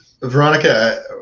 veronica